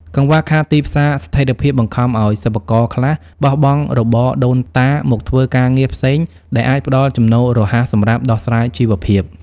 កង្វះខាតទីផ្សារស្ថិរភាព បង្ខំឱ្យសិប្បករខ្លះបោះបង់របរដូនតាមកធ្វើការងារផ្សេង ដែលអាចផ្ដល់ចំណូលរហ័សសម្រាប់ដោះស្រាយជីវភាព។